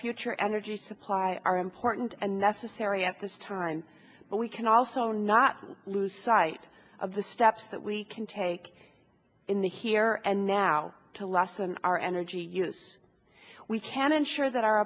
future energy supply are important and necessary at this time but we can also not lose sight of the steps that we can take in the here and now to lessen our energy use we can ensure that